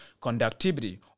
conductivity